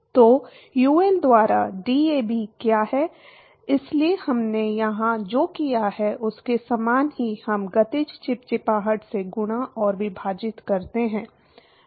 तो यूएल द्वारा डीएबी क्या है इसलिए हमने यहां जो किया है उसके समान ही हम गतिज चिपचिपाहट से गुणा और विभाजित करते हैं